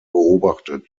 beobachtet